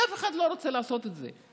כי אף אחד לא רוצה לעשות את זה,